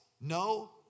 no